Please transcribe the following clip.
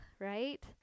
right